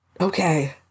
Okay